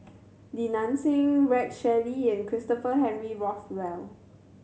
Li Nanxing Rex Shelley and Christopher Henry Rothwell